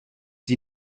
die